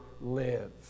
live